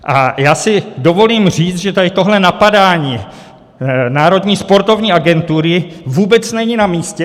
A já si dovolím říct, že tohle napadání Národní sportovní agentury vůbec není namístě.